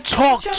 talk